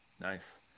Nice